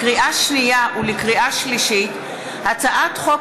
לקריאה שנייה וקריאה שלישית: הצעת חוק